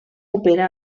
opera